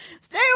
Stay